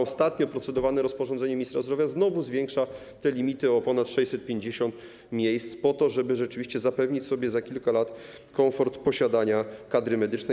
Ostatnio procedowane rozporządzenie ministra zdrowia znowu zwiększa te limity o ponad 650 miejsc, żeby rzeczywiście zapewnić sobie za kilka lat komfort posiadania kadry medycznej.